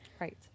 Right